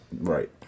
Right